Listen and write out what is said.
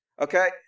Okay